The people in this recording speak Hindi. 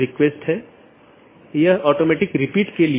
प्रत्येक EBGP राउटर अलग ऑटॉनमस सिस्टम में हैं